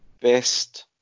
Best